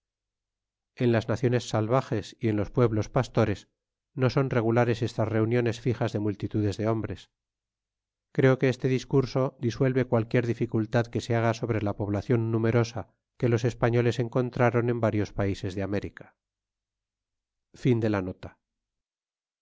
en las naciones savages y en los pueblos pastores no son regulares estas reuniones fijas de multitudes de hombres creo que este discurso disuelve cualquier dificultad que se haga sobre la poblacion numerosa que los españoles encontraron en varios paises de américa